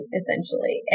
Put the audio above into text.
essentially